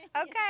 okay